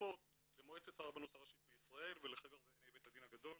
משותפות למועצת הרבנות הראשית לישראל ולחבר דייני בית הדין הגדול